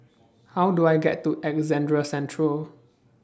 How Do I get to Alexandra Central